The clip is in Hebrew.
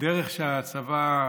הדרך שהצבא מתכונן,